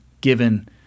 given